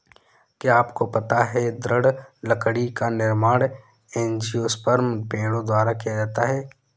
क्या आपको पता है दृढ़ लकड़ी का निर्माण एंजियोस्पर्म पेड़ों द्वारा किया जाता है?